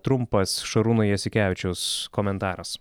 trumpas šarūno jasikevičiaus komentaras